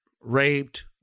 raped